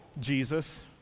Jesus